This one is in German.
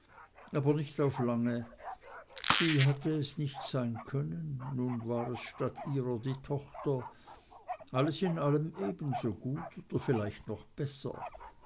aber nicht auf lange sie hatte es nicht sein können nun war es statt ihrer die tochter alles in allem ebensogut oder vielleicht noch besser